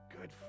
Good